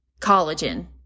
collagen